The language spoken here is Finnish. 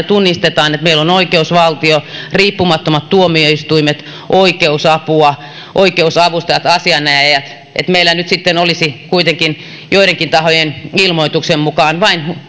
tunnistamme että meillä on oikeusvaltio riippumattomat tuomioistuimet oikeusapua oikeusavustajat asianajajat että meillä nyt sitten olisi kuitenkin vain joidenkin tahojen ilmoituksen mukaan